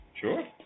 Sure